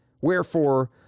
Wherefore